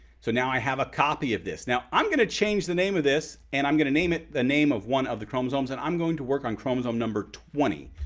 so now i have a copy of this. now i'm gonna change the name of this and i'm gonna name it the name of one of the chromosomes. and i'm going to work on chromosome number twenty.